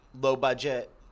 low-budget